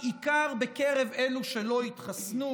בעיקר בקרב אלו שלא התחסנו.